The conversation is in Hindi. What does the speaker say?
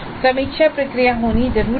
समीक्षा प्रक्रिया होना जरूरी है